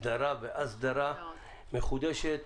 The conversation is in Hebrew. הסדרה ואסדרה מחודשת.